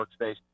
workspace